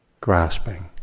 grasping